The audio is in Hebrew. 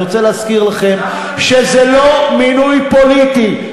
אני רוצה להזכיר לכם שזה לא מינוי פוליטי,